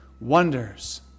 Wonders